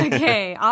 Okay